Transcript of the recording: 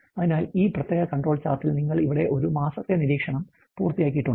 അതിനാൽ ഈ പ്രത്യേക CONTROL ചാർട്ടിൽ നിങ്ങൾ ഇവിടെ ഒരു മാസത്തെ നിരീക്ഷണം പൂർത്തിയാക്കിയിട്ടുണ്ട്